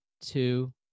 two